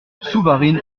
souvarine